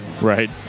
Right